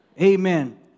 Amen